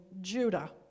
Judah